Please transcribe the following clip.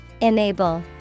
Enable